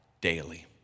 daily